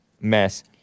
mess